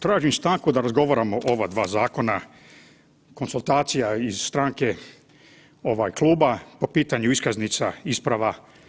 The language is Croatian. Tražim stanku da razgovaramo o ova dva zakona, konzultacija iz stranke ovaj kluba po pitanju iskaznica, isprava.